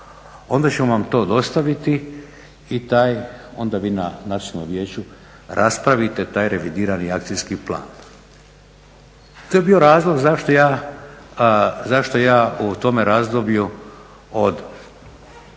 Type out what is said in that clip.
onda ćemo vam to dostaviti. I taj, onda vi na nacionalnom vijeću raspravite taj revidirani akcijski plan. To je bio razlog zašto ja u tome razdoblju od